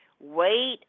wait